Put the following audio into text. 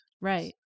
Right